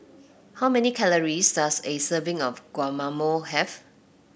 how many calories does a serving of Guacamole have